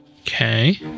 Okay